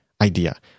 idea